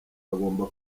hagomba